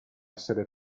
essere